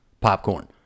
popcorn